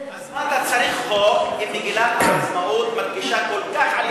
אז מה אתה צריך חוק אם מגילת העצמאות מדגישה כל כך יפה,